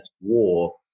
war